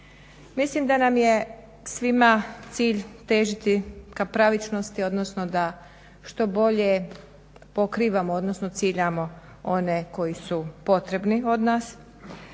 Mislim da nam je svima cilj težiti ka pravičnosti odnosno da što bolje pokrivamo odnosno ciljamo one koji su potrebni od nas.